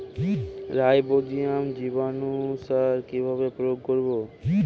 Rhizobium জীবানুসার কিভাবে প্রয়োগ করব?